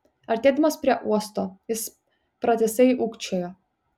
artėdamas prie uosto jis pratisai ūkčiojo